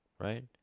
right